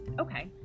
Okay